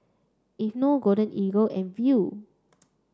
Aveeno Golden Eagle and Viu